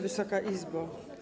Wysoka Izbo!